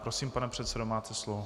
Prosím, pane předsedo, máte slovo.